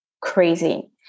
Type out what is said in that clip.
crazy